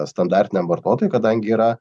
standartiniam vartotojui kadangi yra